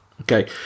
Okay